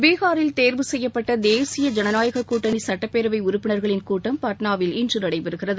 பீகாரில் தேர்வு செய்யப்பட்ட தேசிய ஜனநாயகக் கூட்டணி சட்டப்பேரவை உறுப்பினர்களின் கூட்டம் பாட்னாவில் இன்று நடைபெறுகிறது